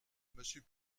monsieur